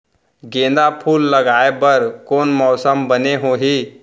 गेंदा फूल लगाए बर कोन मौसम बने होही?